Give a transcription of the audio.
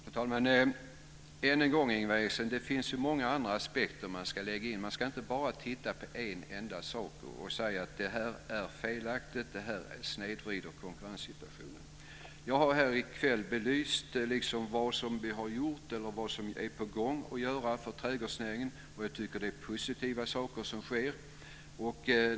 Fru talman! Än en gång, Ingvar Eriksson: Det finns många andra aspekter man ska väga in. Man ska inte bara titta på en enda sak och säga att det är felaktigt och att det snedvrider konkurrenssituationen. Jag har här i kväll belyst vad vi har gjort och vad som håller på att göras för trädgårdsnäringen. Jag tycker att det som sker är positivt.